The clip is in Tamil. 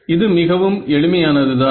இது மிகவும் எளிமையானதுதான்